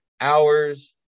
hours